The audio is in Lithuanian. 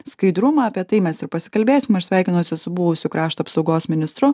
skaidrumą apie tai mes ir pasikalbėsime aš sveikinuosi su buvusiu krašto apsaugos ministru